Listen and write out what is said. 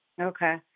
Okay